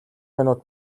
минут